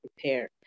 Prepare